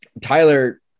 Tyler